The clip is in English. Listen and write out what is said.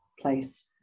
place